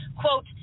Quote